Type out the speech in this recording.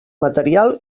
material